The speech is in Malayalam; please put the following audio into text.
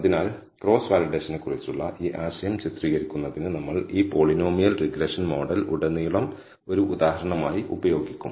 അതിനാൽ ക്രോസ് വാലിഡേഷൻക്കുറിച്ചുള്ള ഈ ആശയം ചിത്രീകരിക്കുന്നതിന് നമ്മൾ ഈ പോളിനോമിയൽ റിഗ്രഷൻ മോഡൽ ഉടനീളം ഒരു ഉദാഹരണമായി ഉപയോഗിക്കും